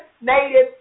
native